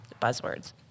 buzzwords